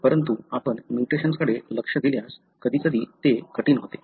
परंतु आपण म्युटेशन्सकडे लक्ष दिल्यास कधीकधी ते कठीण होते